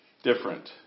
Different